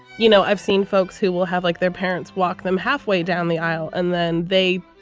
you know, i've seen folks who will have, like their parents, walk them halfway down the aisle and then they,